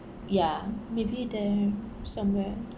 ya maybe there uh somewhere